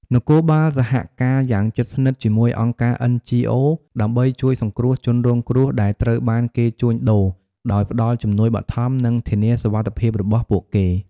នគរបាលសហការយ៉ាងជិតស្និទ្ធជាមួយអង្គការ អិន ជី អូ ដើម្បីជួយសង្គ្រោះជនរងគ្រោះដែលត្រូវបានគេជួញដូរ ដោយផ្តល់ជំនួយបឋម និងធានាសុវត្ថិភាពរបស់ពួកគេ។